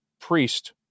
priest